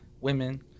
women